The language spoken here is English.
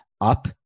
up